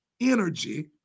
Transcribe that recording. energy